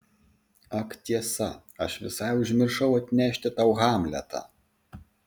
ak tiesa aš visai užmiršau atnešti tau hamletą